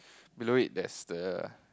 below it there's the